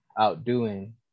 outdoing